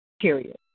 period